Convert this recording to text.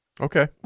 Okay